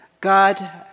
God